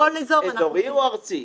זה יהיה אזורי או ארצי?